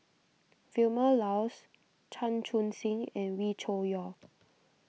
Vilma Laus Chan Chun Sing and Wee Cho Yaw